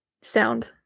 sound